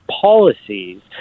policies